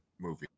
movie